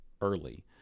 early